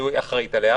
שהיא אחראית עליו,